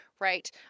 right